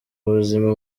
buzima